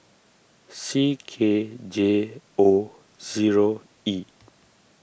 C K J O zero E